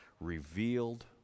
revealed